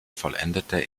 vollendete